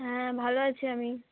হ্যাঁ ভালো আছি আমি